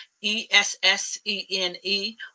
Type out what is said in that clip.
E-S-S-E-N-E